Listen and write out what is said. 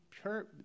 pure